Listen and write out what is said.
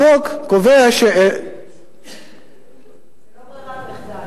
החוק קובע, זו לא ברירת מחדל.